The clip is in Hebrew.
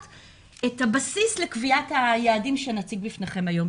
את הבסיס לקביעת היעדים שנציג בפניכם היום.